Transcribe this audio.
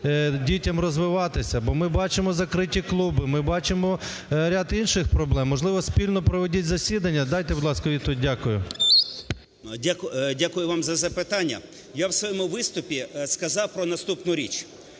Дякую вам за запитання. Я у своєму виступі сказав про наступну річ.